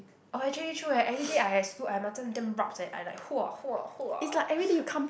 oh actually true eh every day I at school I macam damn rabs eh I like